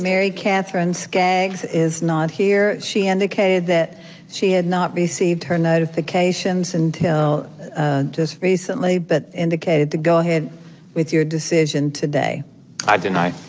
mary katherine skaggs, is not here. she indicated that she had not received her notifications until just recently but indicated to go ahead with your decision today i deny